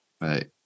Right